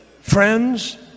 friends